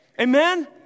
Amen